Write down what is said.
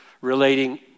relating